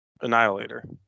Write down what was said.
annihilator